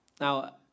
Now